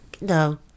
No